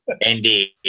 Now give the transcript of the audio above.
Indeed